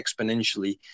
exponentially